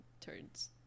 turns